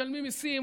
משלמים מיסים,